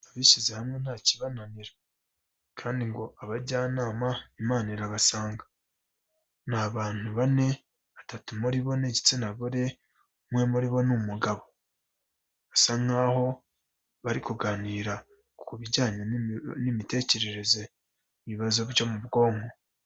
Abishyize hamwe nta kibananira kandi ngo abajyanama Imana irabasanga, ni abantu bane batatu muri bo ni igitsina gore, umwe muri bo ni umugabo, basa nkaho bari kuganira ku bijyanye n'imitekerereze y'ibibazo byo mu bwonko.